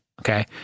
okay